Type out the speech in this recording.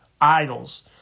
idols